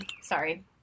sorry